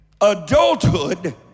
Adulthood